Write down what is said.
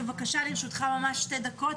לרשותך שתי דקות,